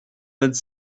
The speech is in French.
vingt